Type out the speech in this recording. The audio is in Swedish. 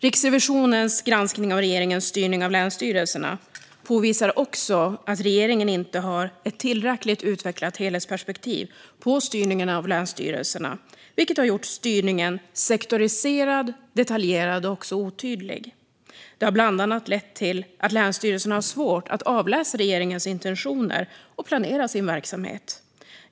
Riksrevisionens granskning av regeringens styrning av länsstyrelserna påvisar också att regeringen inte har ett tillräckligt utvecklat helhetsperspektiv på styrningen av länsstyrelserna, vilket har gjort styrningen sektoriserad, detaljerad och otydlig. Det har bland annat lett till att länsstyrelserna har svårt att avläsa regeringens intentioner och planera sin verksamhet.